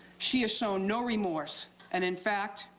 she has shown no remorse and, in fact,